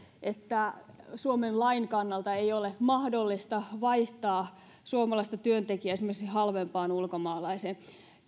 että suomen lain kannalta ei ole mahdollista vaihtaa suomalaista työntekijää esimerkiksi halvempaan ulkomaalaiseen